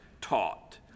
taught